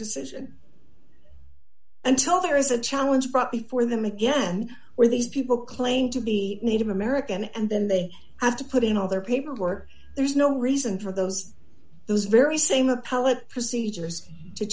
decision until there is a challenge brought before them again where these people claim to be native american and then they have to put in all their paperwork there is no reason for those those very same appellate procedures to